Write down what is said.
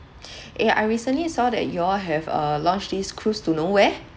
eh I recently saw that you all have uh launched this cruise to nowhere